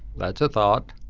that's a thought.